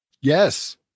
Yes